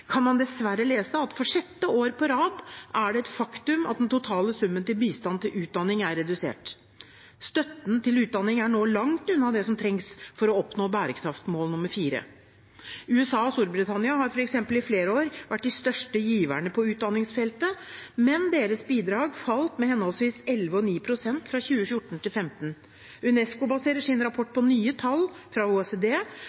kan man dessverre lese at for sjette år på rad er det et faktum at den totale summen til bistand til utdanning er redusert. Støtten til utdanning er nå langt unna det som trengs for å oppnå bærekraftsmål nr. 4. USA og Storbritannia har f.eks. i flere år vært de største giverne på utdanningsfeltet, men deres bidrag falt med henholdsvis 11 pst. og 9 pst. fra 2014 til 2015. UNESCO baserer sin rapport